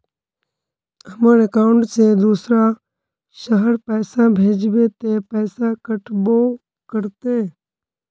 हमर अकाउंट से दूसरा शहर पैसा भेजबे ते पैसा कटबो करते?